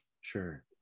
sure